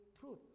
truth